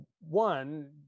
one